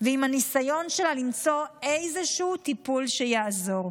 ועם הניסיון שלה למצוא איזשהו טיפול שיעזור?